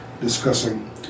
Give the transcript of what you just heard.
discussing